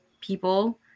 people